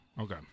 Okay